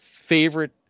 favorite